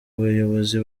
bayobozi